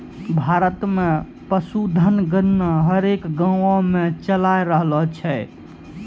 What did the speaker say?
भारत मे पशुधन गणना हरेक गाँवो मे चालाय रहलो छै